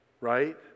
right